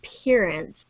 appearance